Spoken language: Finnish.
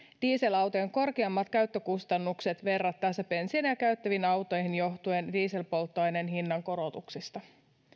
dieselautojen korkeammat käyttökustannukset verrattaessa bensiiniä käyttäviin autoihin johtuen dieselpolttoaineen hinnankorotuksista